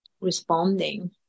responding